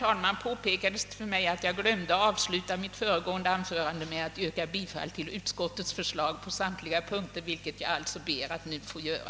Det har påpekats för mig att jag glömde att avsluta mitt föregående anförande med att yrka bifall till utskottets förslag på samtliga punkter, vilket jag alltså ber att nu få göra.